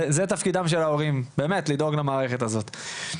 זה תפקידם של ההורים, באמת לדאוג למערכת הזאת.